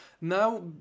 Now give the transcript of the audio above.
Now